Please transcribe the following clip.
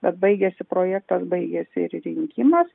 bet baigėsi projektas baigėsi ir rinkimas